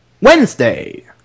Wednesday